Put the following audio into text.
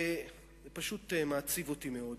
זה פשוט מעציב אותי מאוד.